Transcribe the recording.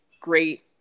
great